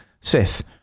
Sith